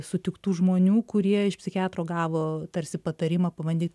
sutiktų žmonių kurie iš psichiatro gavo tarsi patarimą pabandyt